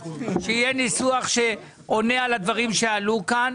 שיהיה ניסוח שעונה על הדברים שעלו כאן.